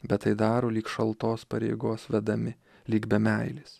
bet tai daro lyg šaltos pareigos vedami lyg be meilės